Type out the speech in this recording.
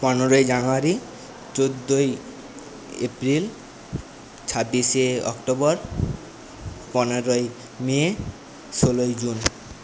পনেরোই জানুয়ারি চোদ্দই এপ্রিল ছাব্বিশে অক্টোবর পনেরোই মে ষোলোই জুন